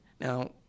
Now